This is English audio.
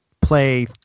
play